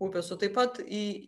upės o taip pat į